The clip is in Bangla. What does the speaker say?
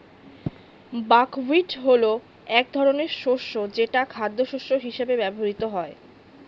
বাকহুইট হলো এক ধরনের শস্য যেটা খাদ্যশস্য হিসেবে ব্যবহৃত হয়